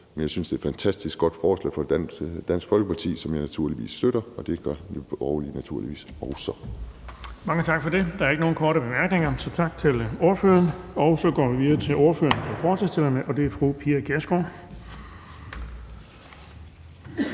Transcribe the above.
Men jeg synes, det er et fantastisk godt forslag fra Dansk Folkeparti, som jeg naturligvis støtter, og det gør Nye Borgerlige naturligvis også. Kl. 16:26 Den fg. formand (Erling Bonnesen): Mange tak for det. Der er ikke nogen korte bemærkninger, så tak til ordføreren. Så går vi videre til ordføreren for forslagsstillerne, og det er fru Pia Kjærsgaard.